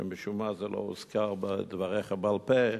ומשום מה זה לא הוזכר בדבריך בעל-פה.